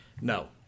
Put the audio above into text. No